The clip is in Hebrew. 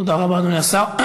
תודה רבה, אדוני השר.